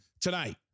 tonight